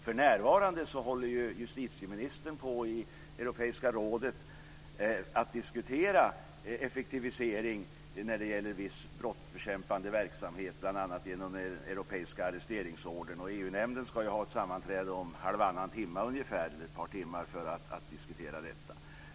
För närvarande håller justitieministern på att i Europeiska rådet diskutera effektivisering när det gäller viss brottsbekämpande verksamhet, bl.a. genom den europeiska arresteringsordern. EU-nämnden ska ha ett sammanträde om ungefär halvannan timme eller ett par timmar för att diskutera detta.